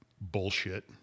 bullshit